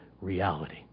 reality